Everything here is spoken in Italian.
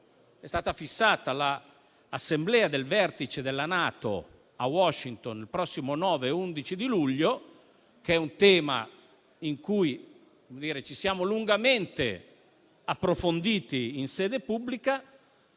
è stata fissata l'Assemblea del vertice della NATO a Washington per i prossimi 9 ed 11 luglio. È un tema su cui ci siamo lungamente profusi in sede pubblica.